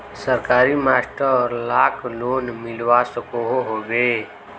सरकारी मास्टर लाक लोन मिलवा सकोहो होबे?